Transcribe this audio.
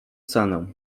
cenę